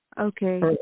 Okay